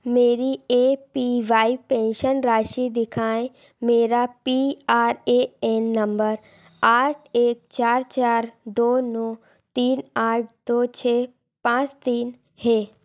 मेरी A P Y pension राशि दिखाँए मेरा P R A N number आठ एक चार चार दो नौ तीन आठ दो छः पाँच तीन है